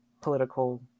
political